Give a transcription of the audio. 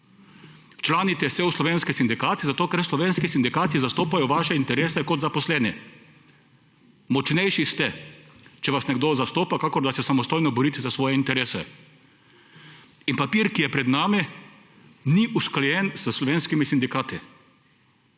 Včlanite se v slovenske sindikate zato, ker slovenski sindikati zastopajo vaše interese kot zaposleni, močnejši ste, če vas nekdo zastopa kakor da se samostojno borite za svoje interese. In papir, ki je pred nami, ni usklajen s slovenskimi sindikati.